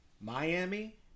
Miami